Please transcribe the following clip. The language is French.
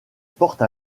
porte